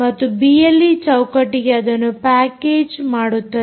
ಮತ್ತು ಬಿಎಲ್ಈ ಚೌಕಟ್ಟಿಗೆ ಅದನ್ನು ಪ್ಯಾಕೇಜ್ ಮಾಡುತ್ತದೆ